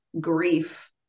grief